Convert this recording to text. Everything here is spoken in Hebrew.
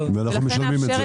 ואנחנו משלמים את זה.